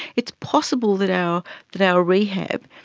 it's possible that our that our rehab,